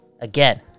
again